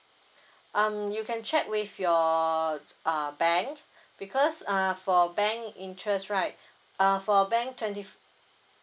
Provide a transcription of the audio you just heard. um you can check with your t~ uh bank because uh for bank interest right uh for bank twenty